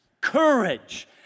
courage